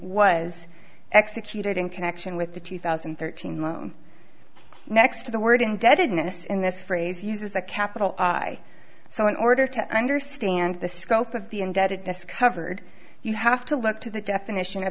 was executed in connection with the two thousand and thirteen law next to the word indebtedness in this phrase uses a capital i so in order to understand the scope of the indebtedness covered you have to look to the definition of